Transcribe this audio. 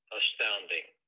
astounding